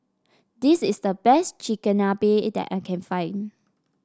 this is the best Chigenabe that I can find